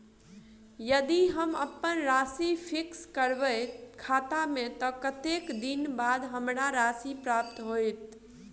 यदि हम अप्पन राशि फिक्स करबै खाता मे तऽ कत्तेक दिनक बाद हमरा राशि प्राप्त होइत?